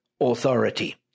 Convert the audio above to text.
authority